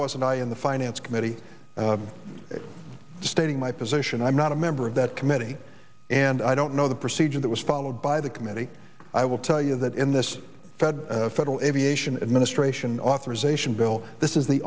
wasn't i in the finance committee stating my position i'm not a member of that committee and i don't know the procedure that was followed by the committee i will tell you that in this fed federal aviation administration authorization bill this is the